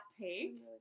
take